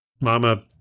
Mama